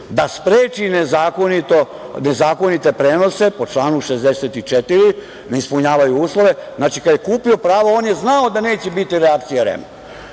da spreči nezakonite prenose po članu 64. ne ispunjavaju uslove. Znači, kada je kupio pravo, znao je da neće biti reakcija REM-a.